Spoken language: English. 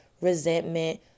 resentment